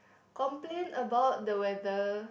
complain about the weather